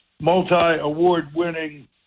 multi-award-winning